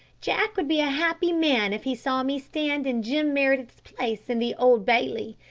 jack would be a happy man if he saw me stand in jim meredith's place in the old bailey.